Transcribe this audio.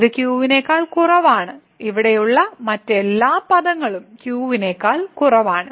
ഇത് q നേക്കാൾ കുറവാണ് ഇവിടെയുള്ള മറ്റ് എല്ലാ പദങ്ങളും q നേക്കാൾ കുറവാണ്